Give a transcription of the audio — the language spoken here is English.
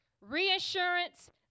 reassurance